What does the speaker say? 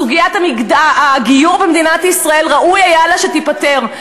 סוגיית הגיור במדינת ישראל, ראוי היה לה שתיפתר.